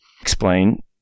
explain